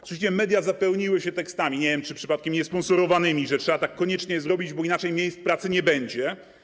Oczywiście media zapełniły się tekstami, nie wiem, czy przypadkiem nie sponsorowanymi, że trzeba tak koniecznie zrobić, bo inaczej miejsc pracy nie będzie.